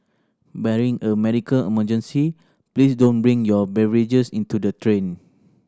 barring a medical emergency please don't bring your beverages into the train